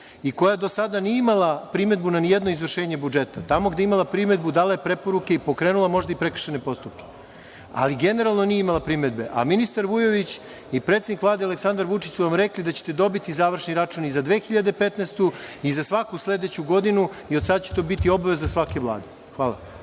i koja do sada nije imala primedbu na izvršenje budžeta. Tamo gde je imala primedbu dala je preporuke i možda je pokrenula prekršajne postupke. Generalno, nije imala primedbe, a ministar Vujović i predsednik Vlade Aleksandar Vučić su vam rekli da ćete dobiti završni račun za 2015. godinu i za svaku sledeću godinu i od sada će to biti obaveza svake Vlade. Hvala.